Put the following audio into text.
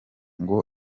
ngo